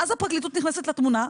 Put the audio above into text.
ואז הפרקליטות נכנסת לתמונה,